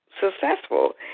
successful